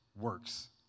Works